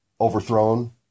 overthrown